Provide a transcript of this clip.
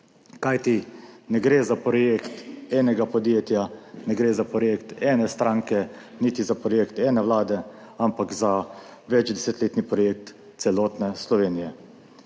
kajti ne gre za projekt enega podjetja, ne gre za projekt ene stranke, niti za projekt ene vlade, ampak za večdesetletni projekt celotne Slovenije.